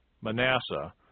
Manasseh